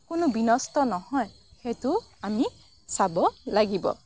কোনো বিনষ্ট নহয় সেইটো আমি চাব লাগিব